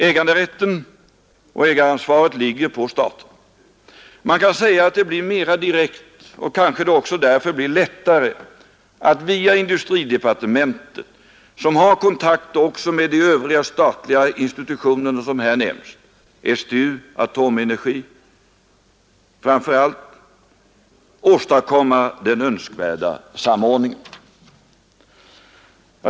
Äganderätten och ägaransvaret ligger på staten. Man kan säga att det blir mera direkt och kanske därför också blir lättare att via industridepartementet som har kontakter också med de övriga statliga institutioner som här nämnts — STU och Atomenergi framför allt — åstadkomma den önskvärda samordningen.